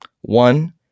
One